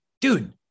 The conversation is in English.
dude